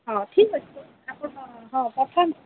ହଁ ଠିକ୍ ଅଛି ଆପଣ ହଁ ପଠାନ୍ତୁ